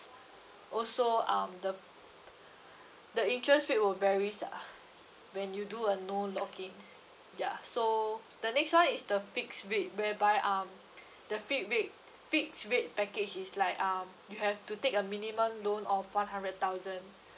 also um the the interest rate will varies when you do a no lock in ya so the next one is the fixed rate whereby um the fi~ rate fixed rate package is like um you have to take a minimum loan of one hundred thousand